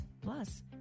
Plus